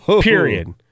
period